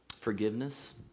Forgiveness